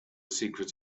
secrets